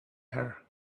her